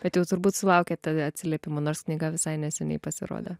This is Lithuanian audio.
bet jau turbūt sulaukėt atsiliepimų nors knyga visai neseniai pasirodė